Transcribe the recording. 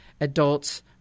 adults